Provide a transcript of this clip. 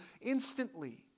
instantly